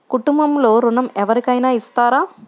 కుటుంబంలో ఋణం ఎవరికైనా ఇస్తారా?